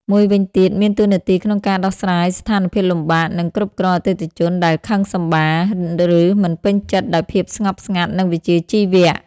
មួយវិញទៀត មាននាទីក្នុងការដោះស្រាយស្ថានភាពលំបាកនិងគ្រប់គ្រងអតិថិជនដែលខឹងសម្បារ ឬមិនពេញចិត្តដោយភាពស្ងប់ស្ងាត់ និងវិជ្ជាជីវៈ។